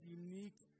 unique